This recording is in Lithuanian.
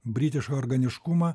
britišką organiškumą